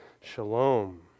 shalom